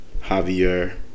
Javier